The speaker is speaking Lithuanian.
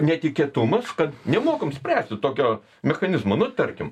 netikėtumas kad nemokam spręsti tokio mechanizmo nu tarkim